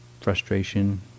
frustration